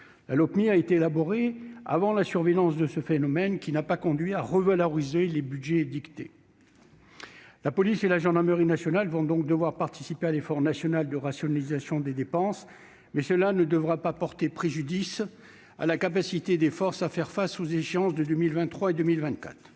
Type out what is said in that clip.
de Lopmi a été élaboré avant la survenue de ce phénomène et les budgets n'ont pas été revalorisés en conséquence. La police et la gendarmerie nationales vont donc devoir participer à l'effort national de rationalisation des dépenses, mais cela ne devra pas porter préjudice à la capacité des forces à faire face aux échéances de 2023 et 2024.